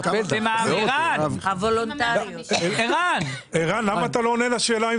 ערן, למה אתה לא עונה לשאלה?